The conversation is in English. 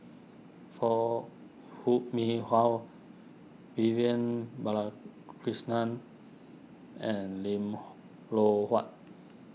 Foo Hoo Mee Har Vivian Balakrishnan and Lim Loh Huat